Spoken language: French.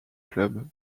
club